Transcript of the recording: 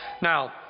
Now